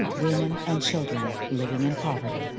women, and children living in poverty.